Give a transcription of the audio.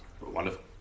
Wonderful